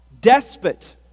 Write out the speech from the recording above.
despot